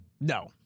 No